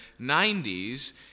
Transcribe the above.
90s